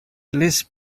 list